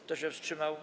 Kto się wstrzymał?